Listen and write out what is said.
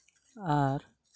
ᱟᱨ